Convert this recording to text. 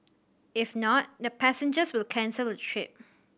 if not the passengers will cancel the trip